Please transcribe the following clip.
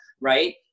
right